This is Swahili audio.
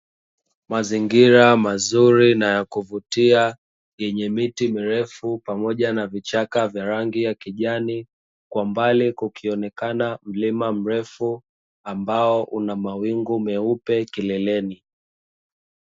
Mazingira mazuri na ya kuvutia yenye miti mirefu pamoja na vichaka vya rangi ya kijani kwa mbali kukionekana mlima mrefu ambao una mawingu meupe kileleni.